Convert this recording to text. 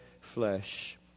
flesh